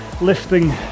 lifting